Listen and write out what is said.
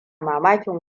mamakin